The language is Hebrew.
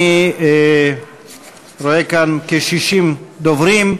אני רואה כאן כ-60 דוברים.